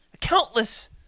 countless